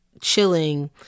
chilling